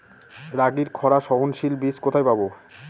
রাগির খরা সহনশীল বীজ কোথায় পাবো?